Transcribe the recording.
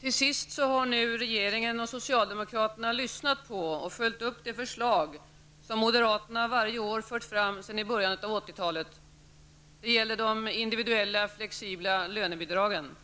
Till sist har nu regeringen och socialdemokraterna lyssnat på och följt upp det förslag som moderaterna varje år fört fram sedan början av 80-talet. Det gäller de individuella, flexibla lönebidragen.